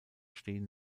stehen